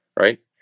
right